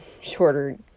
shorter